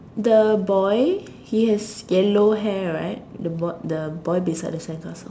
the boy he has yellow hair right the boy the boy beside the sandcastle